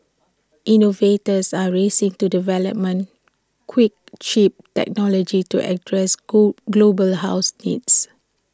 innovators are racing to development quick cheap technology to address go global house needs